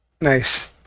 Nice